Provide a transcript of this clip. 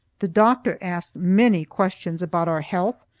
the doctor asked many questions about our health,